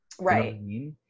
Right